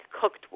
cooked